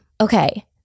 okay